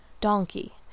Donkey